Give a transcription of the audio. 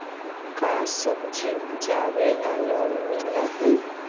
का सब्जी उपजाबेला लोन मिलै हई?